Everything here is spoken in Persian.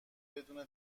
بدون